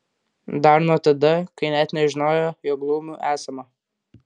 dar nuo tada kai net nežinojo jog laumių esama